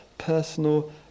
personal